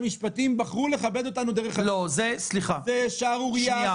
ומכיוון שההוראה